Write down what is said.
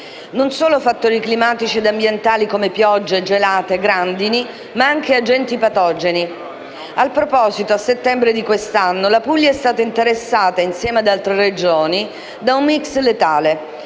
Non solo fattori climatici ed ambientali come piogge, gelate, grandini, ma anche agenti patogeni. A tal proposito, a settembre di quest'anno, la Puglia è stata interessata, insieme ad altre Regioni, da un *mix* letale: